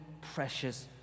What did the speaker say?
precious